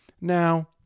Now